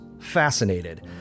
fascinated